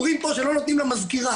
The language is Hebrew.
אומרים פה שלא נותנים למזכירה.